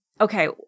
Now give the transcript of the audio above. okay